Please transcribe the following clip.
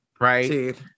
right